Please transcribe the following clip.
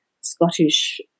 Scottish